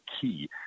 key